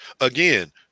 Again